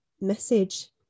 message